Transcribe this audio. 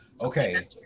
okay